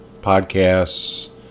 podcasts